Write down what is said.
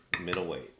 middleweight